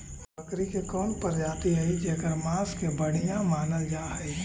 बकरी के कौन प्रजाति हई जेकर मांस के बढ़िया मानल जा हई?